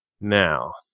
Now